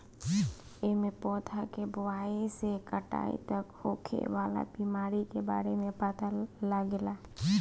एमे पौधा के बोआई से कटाई तक होखे वाला बीमारी के बारे में पता लागेला